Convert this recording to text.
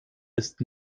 ist